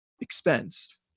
expense